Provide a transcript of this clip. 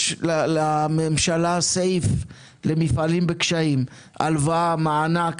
יש לממשלה סעיף למפעלים בקשיים, הלוואה, מענק,